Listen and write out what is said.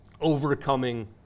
overcoming